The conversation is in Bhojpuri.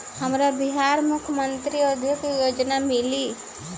हमरा बिहार मुख्यमंत्री उद्यमी योजना मिली?